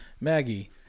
maggie